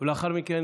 לאחר מכן,